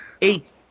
eight